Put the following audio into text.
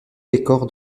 décor